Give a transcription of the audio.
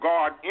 God